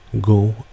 go